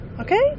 Okay